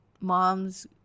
moms